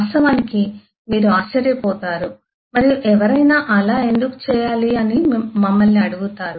వాస్తవానికి మీరు మీరు ఆశ్చర్యపోతారు మరియు ఎవరైనా అలా ఎందుకు చేయాలి అని మమ్మల్ని అడుగుతారు